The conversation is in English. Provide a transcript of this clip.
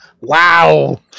Wow